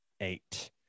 eight